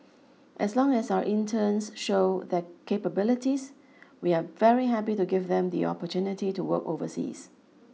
as long as our interns show their capabilities we are very happy to give them the opportunity to work overseas